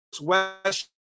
West